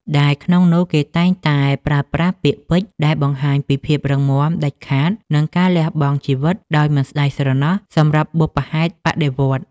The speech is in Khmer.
ដែលក្នុងនោះគេតែងតែប្រើប្រាស់ពាក្យពេចន៍ដែលបង្ហាញពីភាពរឹងមាំ ដាច់ខាត និងការលះបង់ជីវិតដោយមិនស្តាយស្រណោះសម្រាប់បុព្វហេតុបដិវត្តន៍។